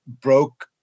broke